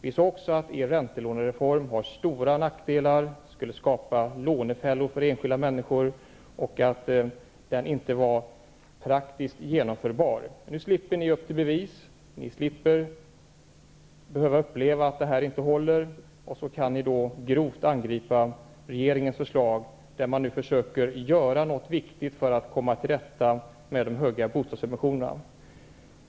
Vi sade också att Socialdemokraternas räntelånereform har stora nackdelar, att den skulle skapa lånefällor för enskilda människor och att den inte var praktiskt genomförbar. Nu slipper Socialdemokraterna gå upp till bevis, de slipper behöva uppleva att deras förslag inte håller, och de kan sedan grovt angripa regeringens förslag, som innebär att man försöker göra något viktigt för att komma till rätta med de höga bostadssubventionerna.